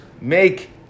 make